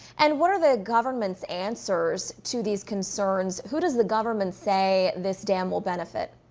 and what are the governments answers to these concerns? who does the government say this damn will benefit?